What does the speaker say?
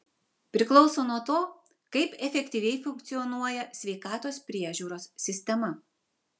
priklauso nuo to kaip efektyviai funkcionuoja sveikatos priežiūros sistema